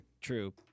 True